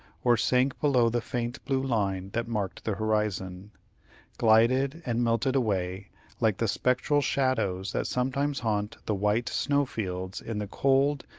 or sank below the faint blue line that marked the horizon glided and melted away like the spectral shadows that sometimes haunt the white snow-fields in the cold,